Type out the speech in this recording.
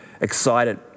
excited